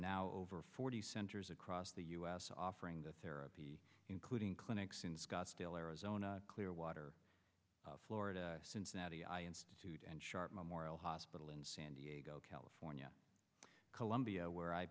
now over forty centers across the u s offering the therapy including clinics in scottsdale arizona clearwater florida cincinnati i institute and sharp memorial hospital in san diego california columbia where i